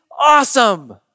awesome